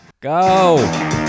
Go